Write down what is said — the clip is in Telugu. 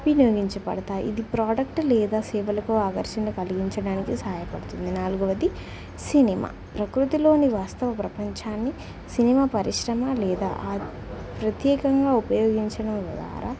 వినియోగించబడతాయి ఇది ప్రోడక్ట్ లేదా సేవలకు ఆకర్షణ కలిగించడానికి సహాయపడుతుంది నాలుగవది సినిమా ప్రకృతిలోని వాస్తవ ప్రపంచాన్ని సినిమా పరిశ్రమ లేదా ప్రత్యేకంగా ఉపయోగించడం ద్వారా